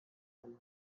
asylum